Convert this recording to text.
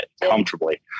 comfortably